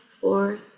four